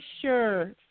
sure